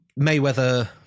Mayweather